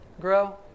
grow